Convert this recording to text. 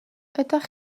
ydych